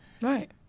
Right